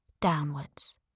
downwards